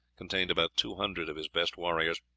contained about two hundred of his best warriors,